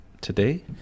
today